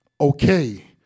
Okay